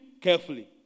carefully